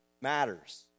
matters